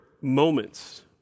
moments